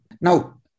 Now